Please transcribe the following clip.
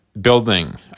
building